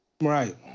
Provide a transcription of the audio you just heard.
Right